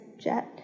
jet